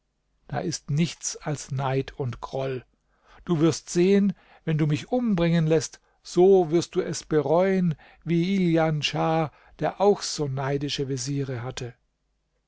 das ist nichts als neid und groll du wirst sehen wenn du mich umbringen läßt so wirst du es bereuen wie jlan schah der auch so neidische veziere hatte